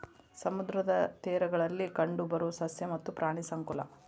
ಸಮುದ್ರದ ತೇರಗಳಲ್ಲಿ ಕಂಡಬರು ಸಸ್ಯ ಮತ್ತ ಪ್ರಾಣಿ ಸಂಕುಲಾ